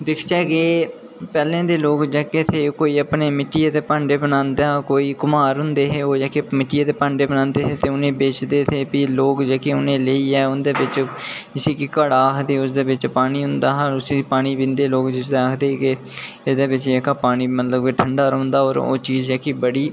दिखचै कि पैह्लें दे लोक जेह्के थे कोई मिट्टिये दे भांडे बनांदा हा ओह् कुम्हार होंदे हे जेह्के मिट्टिये दे भांडे बनांदे हे ते बेचदे ते प्ही लोक उनेंगी लेइयै जिसी घड़ा आखदे ओह्दे बिच पानी पौंदा ते पानी पींदे जिसलै ते आखदे लोक एह्दे बिच पानी जेह्का ठंडा रौंह्दा होर ओह् चीज़ जेह्की बड़ी